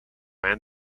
and